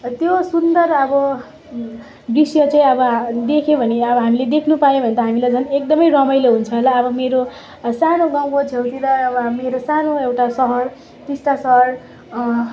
त्यो सुन्दर अब दृश्य चाहिँ अब देख्यौँ भने अब हामीले देख्नु पायो भने त हामीलाई झन् एकदम रमाइलो हुन्छ होला अब मेरो सानो गाउँको छेउतिर अब मेरो सानो एउटा सहर टिस्टा सहर